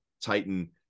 titan